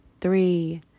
three